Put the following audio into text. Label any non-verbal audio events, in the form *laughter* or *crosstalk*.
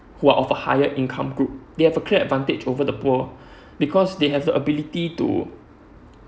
who are of a higher income group they have a clear advantage over the poor *breath* because they have the ability to